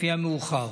לפי המאוחר.